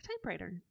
typewriter